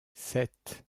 sept